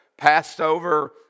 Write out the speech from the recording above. Passover